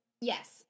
Yes